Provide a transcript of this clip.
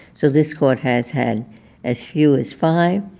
so this court has had as few as five,